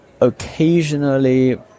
Occasionally